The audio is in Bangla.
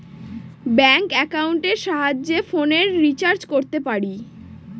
ব্যাঙ্ক একাউন্টের সাহায্যে ফোনের রিচার্জ করতে পারি